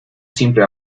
siempre